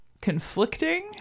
conflicting